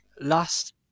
last